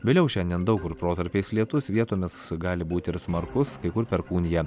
vėliau šiandien daug kur protarpiais lietus vietomis gali būti ir smarkus kai kur perkūnija